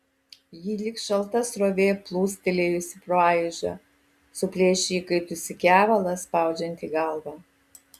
ji lyg šalta srovė plūstelėjusi pro aižą suplėšė įkaitusį kevalą spaudžiantį galvą